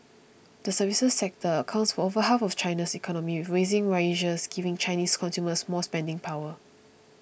the services sector accounts for over half of China's economy with rising wages giving Chinese consumers more spending power